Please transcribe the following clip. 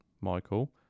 Michael